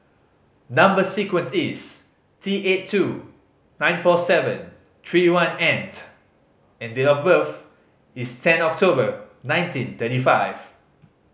number sequence is T eight two nine four seven three one and and date of birth is ten October nineteen thirty five